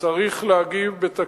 צריך להגיב בתקיפות.